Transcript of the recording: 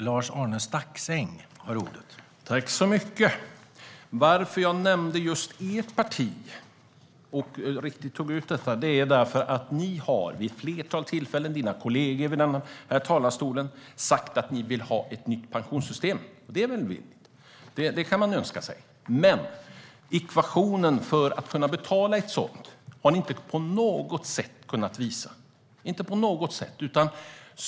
Herr talman! Varför jag nämnde just Vänsterpartiet är därför att dina kollegor vid ett flertal tillfällen i talarstolen sagt att ni vill ha ett nytt pensionssystem. Det kan man önska sig. Men ekvationen för att betala ett nytt pensionssystem har ni inte på något sätt visat.